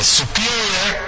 superior